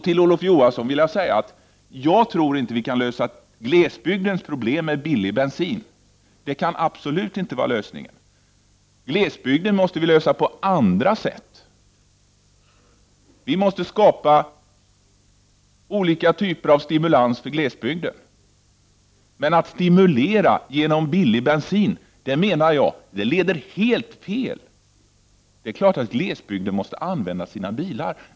Till Olof Johansson vill jag säga att jag inte tror att vi kan lösa glesbygdens problem med billig bensin. Det kan absolut inte vara lösningen! Glesbygdsproblemen måste vi lösa på andra sätt. Vi måste skapa olika typer av stimulans för glesbygden. Men att stimulera genom att hålla bensinpriset lågt leder helt fel. Det är klart att glesbygdsborna måste använda sina bilar.